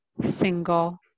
single